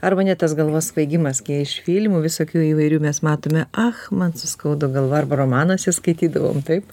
arba net tas galvos svaigimas kai iš filmų visokių įvairių mes matome ach man suskaudo galva arba romanuose skaitydavom taip